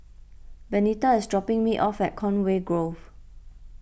Benita is dropping me off at Conway Grove